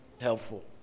helpful